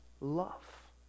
love